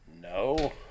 no